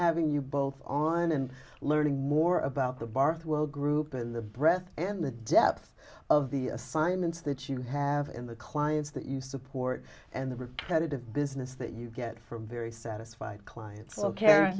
having you both on and learning more about the barthe world group and the breath and the depth of the assignments that you have in the clients that you support and the repetitive business that you get from very satisfied clients